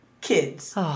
kids